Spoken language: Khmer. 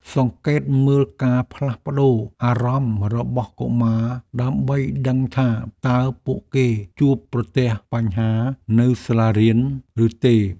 សង្កេតមើលការផ្លាស់ប្តូរអារម្មណ៍របស់កុមារដើម្បីដឹងថាតើពួកគេជួបប្រទះបញ្ហានៅសាលារៀនឬទេ។